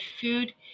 food